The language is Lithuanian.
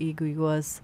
jeigu juos